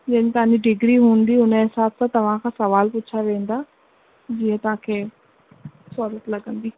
जंहिंमें तव्हांजी डिग्री हूंदी उनजे हिसाब सां तव्हांखां सवाल पुछिया वेंदा जीअं तव्हांखे सहूलियत लॻंदी